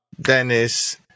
Dennis